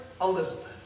Elizabeth